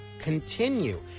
continue